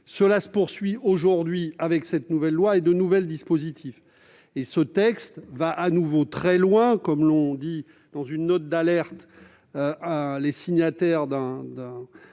Cela se poursuit aujourd'hui avec cette nouvelle loi et ces nouveaux dispositifs. Ce texte va de nouveau très loin, comme l'ont souligné, dans une note d'alerte, les signataires du